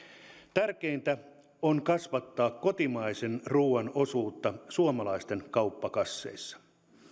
tärkeintä on kasvattaa kotimaisen ruuan osuutta suomalaisten kauppakasseissa